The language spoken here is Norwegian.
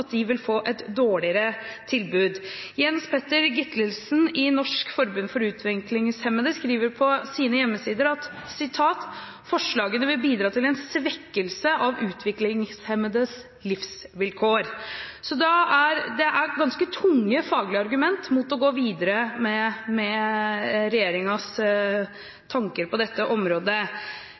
at de vil få et dårligere tilbud. Jens Petter Gitlesen i Norsk Forbund for Utviklingshemmede skriver på deres hjemmesider: «Forslagene vil bidra til svekkelse av utviklingshemmedes livsvilkår.» Det er ganske tunge faglige argumenter mot å gå videre med regjeringens tanker på dette området.